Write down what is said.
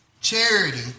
charity